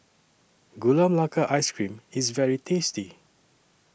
Gula Melaka Ice Cream IS very tasty